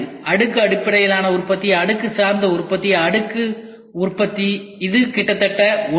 அடுக்கு அடிப்படையிலான உற்பத்தி அடுக்கு சார்ந்த உற்பத்தி அடுக்கு உற்பத்தி இது கிட்டத்தட்ட ஒன்றே